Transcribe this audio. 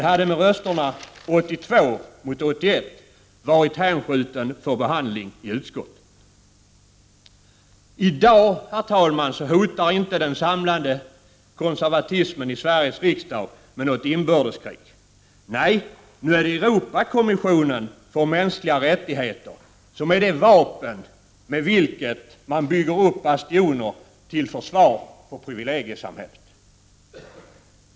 I dag, herr talman, hotar inte den samlade konservatismen i Sveriges riksdag med något inbördeskrig. Nej, nu är det Europakommissionen för mänskliga rättigheter som är det vapen med vilket man bygger upp bastioner till försvar för privilegiesamhället.